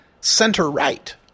center-right